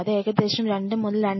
അത് ഏകദേശം 2 മുതൽ 2